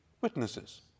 witnesses